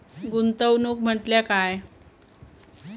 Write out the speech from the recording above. गुंतवणूक म्हटल्या काय?